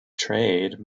trade